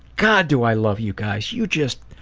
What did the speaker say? god, do i love you guys you just